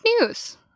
news